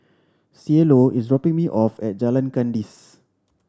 Cielo is dropping me off at Jalan Kandis